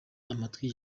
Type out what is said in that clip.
amatwi